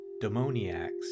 demoniacs